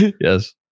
Yes